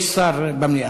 יש שר במליאה.